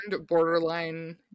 borderline